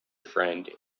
friend